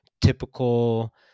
typical